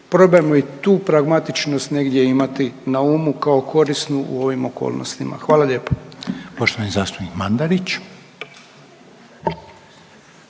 Probajmo i tu pragmatičnost negdje imati na umu kao korisnu u ovim okolnostima. Hvala lijepo.